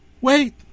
wait